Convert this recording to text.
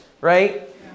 right